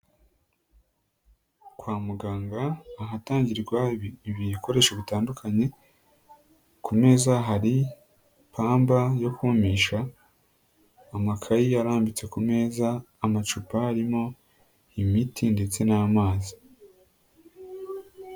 Kwa muganga, ahatangirwa ibi ibikoresho bitandukanye. Ku meza hari, ipamba yo kumisha, amakayi arambitse ku meza, amacupa arimo, imiti ndetse n'amazi.